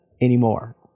anymore